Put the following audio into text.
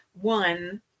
one